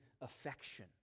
affection